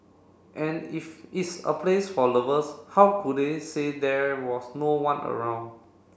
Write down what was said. and if it's a place for lovers how could they say there was no one around